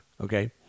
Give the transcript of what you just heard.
Okay